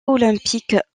olympiques